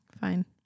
Fine